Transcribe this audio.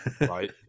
right